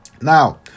Now